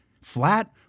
flat